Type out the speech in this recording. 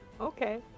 Okay